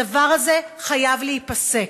הדבר הזה חיים להיפסק.